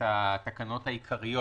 התקנות העיקריות?